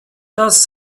das